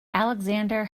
alexander